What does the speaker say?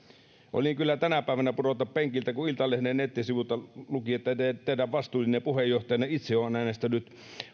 olin kyllä tänä päivänä pudota penkiltä kun iltalehden nettisivuilla luki että teidän vastuullinen puheenjohtajanne itse on äänestänyt